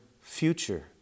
future